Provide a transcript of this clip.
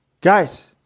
Guys